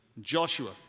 Joshua